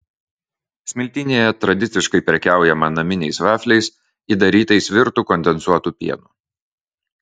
smiltynėje tradiciškai prekiaujama naminiais vafliais įdarytais virtu kondensuotu pienu